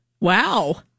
Wow